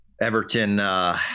Everton